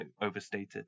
overstated